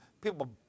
people